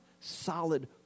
solid